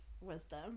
wisdom